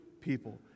people